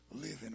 living